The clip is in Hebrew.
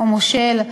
או מושל,